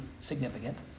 significant